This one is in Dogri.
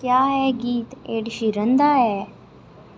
क्या एह् गीत एड शीरन दा ऐ